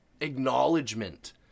acknowledgement